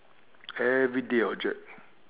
everyday object